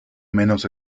menos